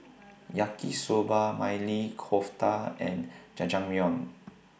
Yaki Soba Maili Kofta and Jajangmyeon